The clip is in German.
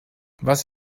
was